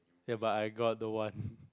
ya but I got the one